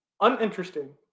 uninteresting